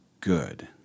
good